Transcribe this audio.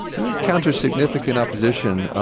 he encountered significant opposition,